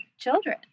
children